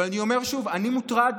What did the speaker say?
אבל אני אומר שוב: אני מוטרד